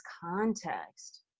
context